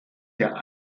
der